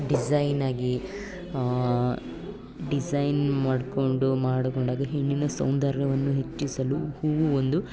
ಡಿಝೈನಾಗಿ design ಮಾಡಿಕೊಂಡು ಮಾಡಿಕೊಂಡಾಗ ಹೆಣ್ಣಿನ ಸೌಂದರ್ಯವನ್ನು ಹೆಚ್ಚಿಸಲು ಹೂವು ಒಂದು